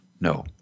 No